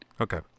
Okay